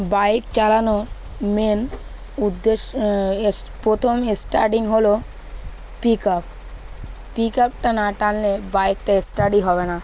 bike চালানোর main উদ্দেশ্য প্রথম স্টার্টিং হলো পিকআপ পিকআপটা না টানলে বাইকটা স্টার্ট ই হবে না